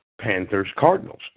Panthers-Cardinals